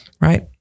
Right